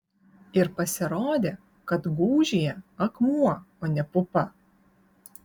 ir pasirodė kad gūžyje akmuo o ne pupa